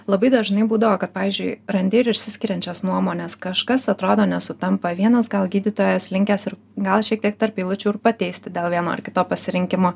labai dažnai būdavo kad pavyzdžiui randi ir išsiskiriančias nuomones kažkas atrodo nesutampa vienas gal gydytojas linkęs ir gal šiek tiek tarp eilučių ir pateisti dėl vieno ar kito pasirinkimo